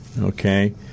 okay